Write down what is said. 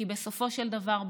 כי בסופו של דבר,